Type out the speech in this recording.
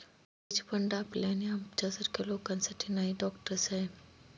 hedge fund आपल्या आणि आमच्यासारख्या लोकांसाठी नाही, डॉक्टर साहेब